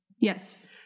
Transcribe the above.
Yes